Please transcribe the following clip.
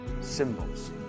Symbols